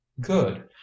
good